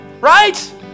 right